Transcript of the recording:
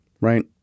right